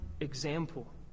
example